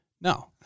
No